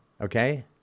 Okay